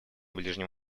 ближнем